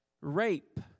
Rape